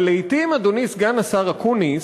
אבל לעתים, אדוני סגן השר אקוניס,